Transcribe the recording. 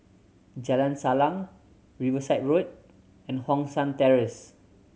Jalan Salang Riverside Road and Hong San Terrace